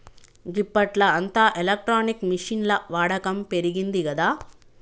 గిప్పట్ల అంతా ఎలక్ట్రానిక్ మిషిన్ల వాడకం పెరిగిందిగదా